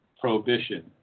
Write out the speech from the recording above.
prohibition